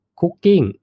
Cooking